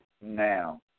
now